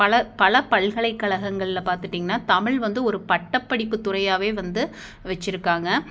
பல பல பல்கலைக்கழகங்களில் பார்த்துட்டிங்கன்னா தமிழ் வந்து ஒரு பட்டப்படிப்பு துறையாகவே வந்து வச்சுருக்காங்க